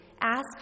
ask